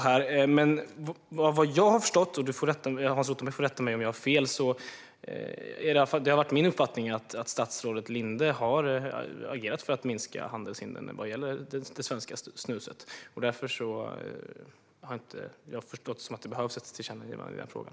Hans Rothenberg får rätta mig om jag har fel, men vad jag har förstått har statsrådet Linde agerat för att minska handelshindren vad gäller det svenska snuset. Det är i alla fall min uppfattning. Därför har jag förstått det som att det inte behövs något tillkännagivande i frågan.